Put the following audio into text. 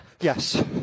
Yes